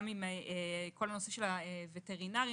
הווטרינרים